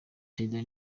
perezida